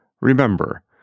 Remember